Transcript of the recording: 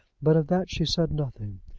but of that she said nothing.